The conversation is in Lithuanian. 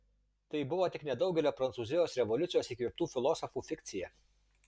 tai buvo tik nedaugelio prancūzijos revoliucijos įkvėptų filosofų fikcija